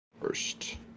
first